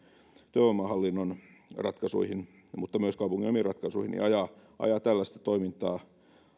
työvoimahallinnon ratkaisuihin mutta myös kaupungin omiin ratkaisuihin ajaa tällaista toimintaa